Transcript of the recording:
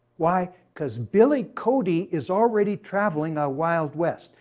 why? cause billy cody is already traveling a wild west.